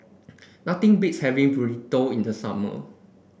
nothing beats having Burrito in the summer